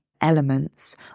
elements